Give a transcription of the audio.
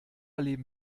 leben